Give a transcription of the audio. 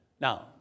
Now